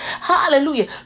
Hallelujah